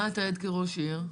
למה היית עד כראש עיר?